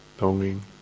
longing